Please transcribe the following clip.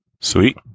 sweet